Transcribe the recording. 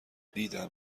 دیدم